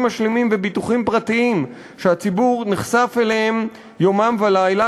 משלימים וביטוחים פרטיים שהציבור נחשף אליהם יומם ולילה,